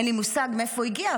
אין לי מושג מאיפה הוא הגיע,